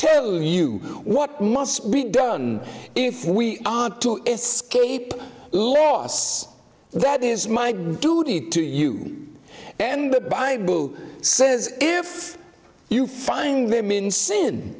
tell you what must be done if we are to escape loss that is my duty to you and the bible says if you find them in sin